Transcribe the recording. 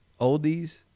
Oldies